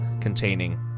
containing